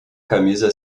camisa